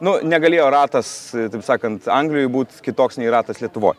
nu negalėjo ratas taip sakant anglijoj būti kitoks nei ratas lietuvoj